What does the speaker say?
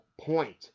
point